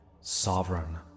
sovereign